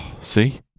See